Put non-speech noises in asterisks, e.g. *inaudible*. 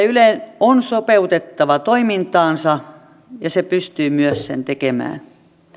*unintelligible* ylen on sopeutettava toimintaansa ja se pystyy myös sen tekemään